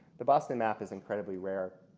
the boston map is incredibly rare.